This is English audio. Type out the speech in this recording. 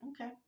Okay